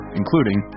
including